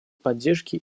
поддержки